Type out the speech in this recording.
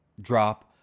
drop